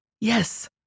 Yes